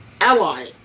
ally